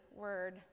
word